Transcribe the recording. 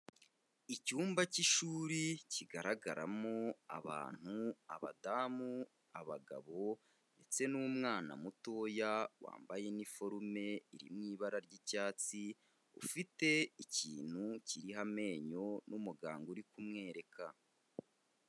Icyumba cy'ishuri kigaragaramo abantu, abadamu, abagabo ndetse n'umwana mutoya wambaye iniforume iri mu ibara ry'icyatsi, ufite ikintu kiriho amenyo n'umuganga uri kumwereka.